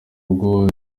urugo